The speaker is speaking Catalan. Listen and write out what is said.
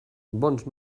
bons